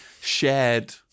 shared